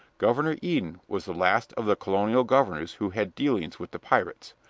governor eden was the last of the colonial governors who had dealings with the pirates,